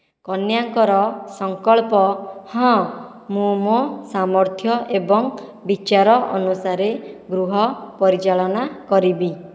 କନ୍ୟାଙ୍କର ସଙ୍କଳ୍ପ ହଁ ମୁଁ ମୋ ସାମର୍ଥ୍ୟ ଏବଂ ବିଚାର ଅନୁସାରେ ଗୃହ ପରିଚାଳନା କରିବି